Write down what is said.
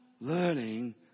learning